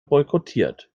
boykottiert